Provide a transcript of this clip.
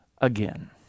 again